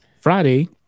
Friday